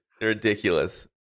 Ridiculous